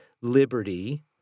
liberty